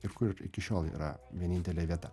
ir kur iki šiol yra vienintelė vieta